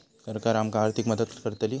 सरकार आमका आर्थिक मदत करतली?